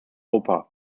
europa